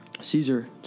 Caesar